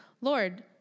Lord